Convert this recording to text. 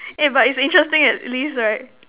eh but it's interesting at least right